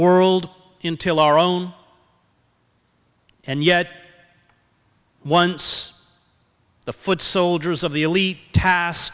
world intil our own and yet once the foot soldiers of the elite task